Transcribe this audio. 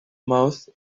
mouse